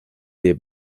des